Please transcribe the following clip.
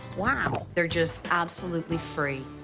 wow. they're just absolutely free.